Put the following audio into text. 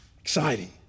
exciting